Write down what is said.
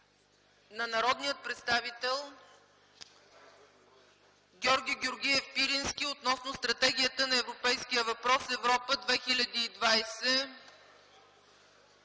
от народния представител Георги Георгиев Пирински относно Стратегията на Европейския съюз „Европа 2020”